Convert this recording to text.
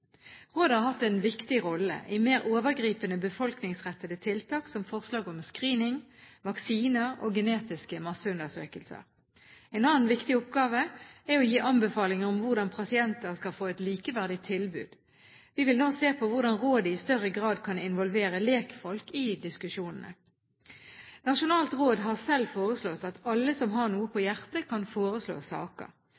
Rådet har hatt en viktig rolle i mer overgripende befolkningsrettede tiltak, som forslag om screening, vaksiner og genetiske masseundersøkelser. En annen viktig oppgave er å gi anbefalinger om hvordan pasienter skal få et likeverdig tilbud. Vi vil nå se på hvordan rådet i større grad kan involvere lekfolk i diskusjonene. Nasjonalt råd har selv foreslått at alle som har noe på